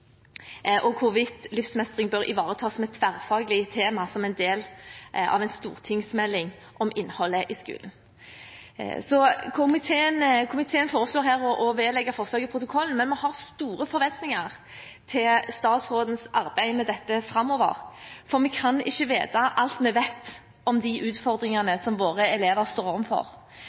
og hvorvidt livsmestring bør ivaretas som et tverrfaglig tema som en del av en stortingsmelding om innholdet i skolen. Så komiteen foreslår her å vedlegge forslaget protokollen, men vi har store forventninger til statsrådens arbeid med dette framover, for vi kan ikke vite alt om de utfordringene som vi vet våre elever står